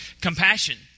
compassion